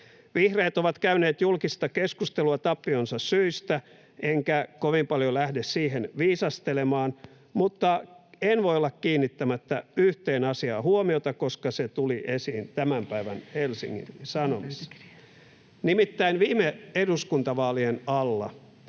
Vihreät ovat käyneet julkista keskustelua tappionsa syistä, enkä kovin paljon lähde siihen viisastelemaan, mutta en voi olla kiinnittämättä huomiota yhteen asiaan, koska se tuli esiin tämän päivän Helsingin Sanomissa: nimittäin viime eduskuntavaalien alla